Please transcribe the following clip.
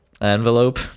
envelope